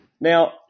Now